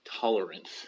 tolerance